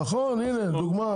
נכון, הנה, דוגמה.